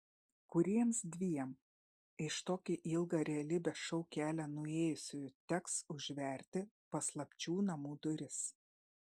kuriems dviem iš tokį ilgą realybės šou kelią nuėjusiųjų teks užverti paslapčių namų duris